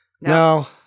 No